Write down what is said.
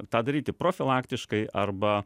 tą daryti profilaktiškai arba